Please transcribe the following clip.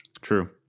True